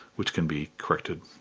which can be corrected,